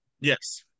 Yes